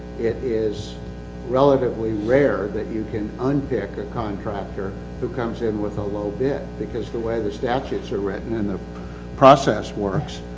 it is relatively rare that you can unpick a contractor who comes in with a low bid. because the way the statutes are written and the process works,